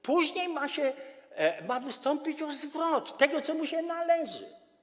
Później ma wystąpić o zwrot tego, co mu się należy.